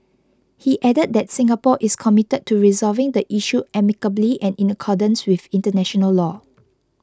he added that Singapore is committed to resolving the issue amicably and in accordance with international law